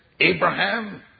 Abraham